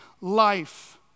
life